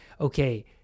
okay